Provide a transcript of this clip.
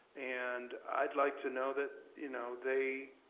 and i'd like to know that you know they